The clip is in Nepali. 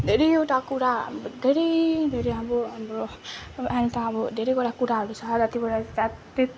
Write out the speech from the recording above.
धेरैवटा कुरा धेरै धेरै अब हाम्रो अब अहिले त अब धेरैवटा कुराहरू छ जतिवटा